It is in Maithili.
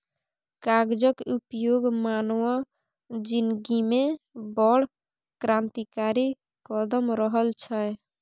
कागजक उपयोग मानव जिनगीमे बड़ क्रान्तिकारी कदम रहल छै